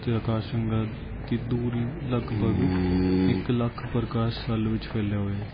ਅਤੇ ਅਕਾਸ਼ ਗੰਗਾ ਦੀ ਦੂਰੀ ਲਗਪਗ ਇੱਕ ਲੱਖ ਪ੍ਰਕਾਸ਼ ਸਾਲ ਵਿੱਚ ਫੈਲਿਆ ਹੋਇਆ ਹੈ